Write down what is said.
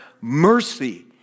mercy